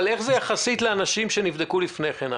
אבל איך זה יחסית לאנשים שנבדקו לפני כן?